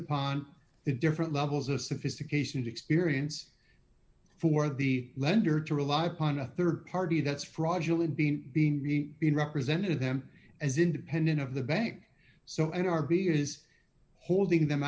upon the different levels of sophistication experience for the lender to rely upon a rd party that's fraudulent been being me being represented them as independent of the bank so an r v is holding them